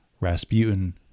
Rasputin